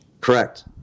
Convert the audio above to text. Correct